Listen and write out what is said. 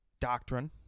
doctrine